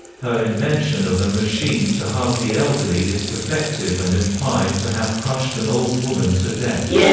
her invention of a machine to hug the elderly is defective and implied to have crushed an old woman to death.